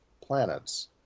planets